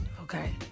Okay